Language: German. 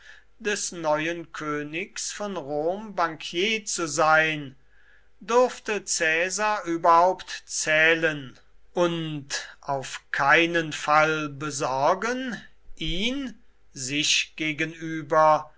des neuen königs von rom bankier zu sein durfte caesar überhaupt zählen und auf keinen fall besorgen ihn sich gegenüber